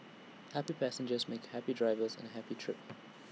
happy passengers make happy drivers and A happy trip